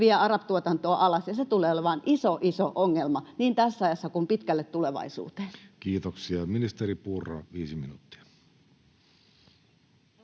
ja vie ARA-tuotantoa alas, ja se tulee olemaan iso, iso ongelma niin tässä ajassa kuin pitkälle tulevaisuuteen. Kiitoksia. — Ministeri Purra, viisi minuuttia.